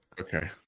Okay